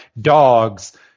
dogs